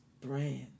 brand